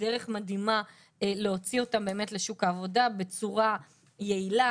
דרך מדהימה להוציא אותם באמת לשוק העבודה בצורה יעילה,